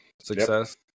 success